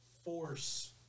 force